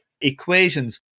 equations